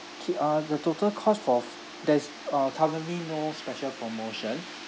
K uh the total cost for f~ there's uh currently no special promotion